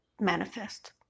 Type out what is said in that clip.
manifest